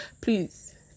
please